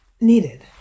needed